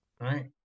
Right